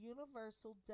Universal